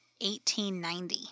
1890